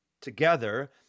together